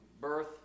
birth